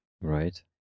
right